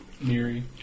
Miri